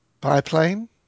Biplane